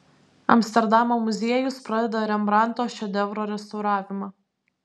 amsterdamo muziejus pradeda rembrandto šedevro restauravimą